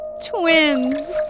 Twins